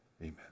Amen